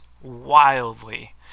wildly